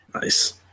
nice